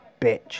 bitch